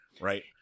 Right